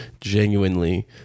genuinely